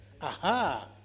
Aha